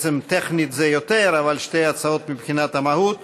בעצם טכנית זה יותר, אבל שתי הצעות מבחינת המהות,